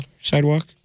sidewalk